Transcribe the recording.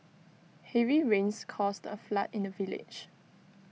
heavy rains caused A flood in the village